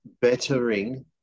bettering